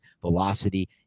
velocity